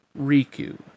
Riku